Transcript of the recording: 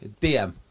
DM